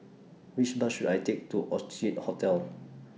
Which Bus should I Take to Orchid Hotel